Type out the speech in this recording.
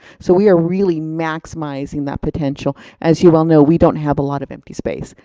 so we are really maximizing that potential. as you all know, we don't have a lot of empty space.